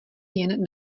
jen